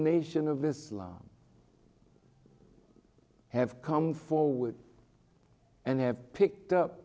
nation of islam have come forward and have picked up